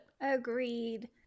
Agreed